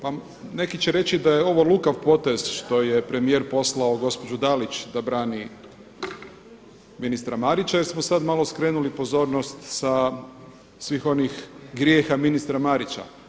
Pa neki će reći da je ovo lukav potez što je premijer poslao gospođu Dalić da brani ministra Marića jer smo sada malo skrenuli pozornost sa svih onih grijeha ministra Marića.